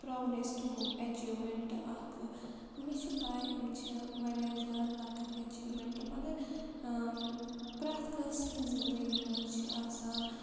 proudest achievement اَکھ مےٚ چھِ پاے أمۍ چھِ واریاہ زیادٕ لَکٕٹۍ اٮ۪چیٖومٮ۪نٛٹ مگر پرٛٮ۪تھ کٲنٛسہِ ہٕنٛد زِندگی منٛز چھِ آسان